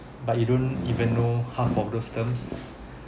but you don't even know half of those terms